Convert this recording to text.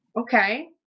Okay